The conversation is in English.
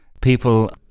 People